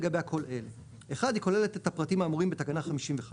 שמתקיימים לגביה כל אלה: היא כוללת את הפרטים האמורים בתקנה 55(א),